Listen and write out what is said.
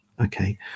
Okay